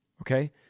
okay